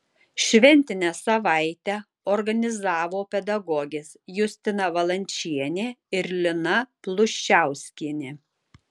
šventinę savaitę organizavo pedagogės justina valančienė ir lina pluščiauskienė